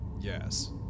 Yes